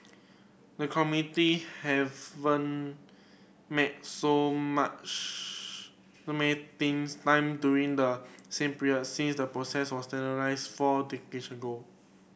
the committee haven't met so much to met things time during the same period since the process was standardised four decades ago